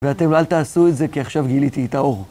ואתם אל תעשו את זה, כי עכשיו גיליתי את האור.